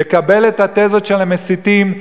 יקבל את התזות של המסיתים,